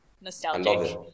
nostalgic